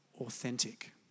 authentic